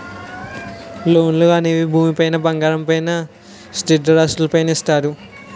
లోన్లు అనేవి భూమి పైన బంగారం పైన స్థిరాస్తులు పైన ఇస్తారు